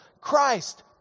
Christ